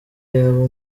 aba